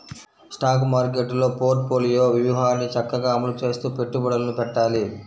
stock మార్కెట్టులో portfolio వ్యూహాన్ని చక్కగా అమలు చేస్తూ పెట్టుబడులను పెట్టాలి